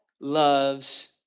loves